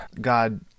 God